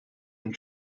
and